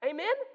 Amen